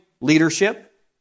leadership